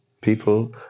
People